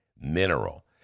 Mineral